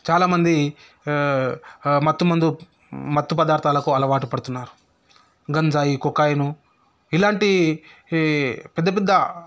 చాలామంది మత్తుమందు మత్తు పదార్థాలకు అలవాటు పడుతున్నారు గంజాయి కొకైను ఇలాంటి ఈ పెద్ద పెద్ద